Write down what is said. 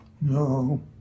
No